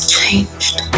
changed